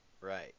right